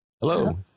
Hello